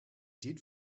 did